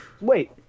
Wait